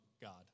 God